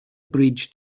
bridge